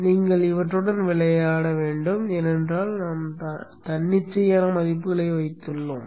நீங்கள் இவற்றுடன் விளையாட வேண்டும் ஏனென்றால் நாம்தன்னிச்சையான மதிப்புகளை வைத்துள்ளோம்